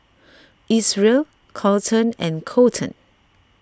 Isreal Carleton and Coleton